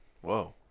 Whoa